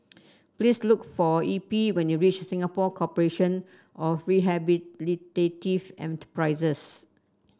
please look for Eppie when you reach Singapore Corporation of Rehabilitative Enterprises